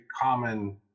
common